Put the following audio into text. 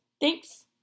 thanks